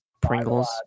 Pringles